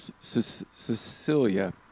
Cecilia